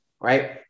Right